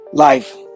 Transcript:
Life